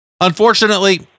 Unfortunately